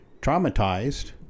traumatized